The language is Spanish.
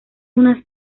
una